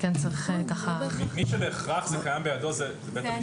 אז צריך --- מי שבהכרח זה קיים בידו זה בית-המשפט,